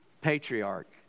patriarch